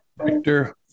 Victor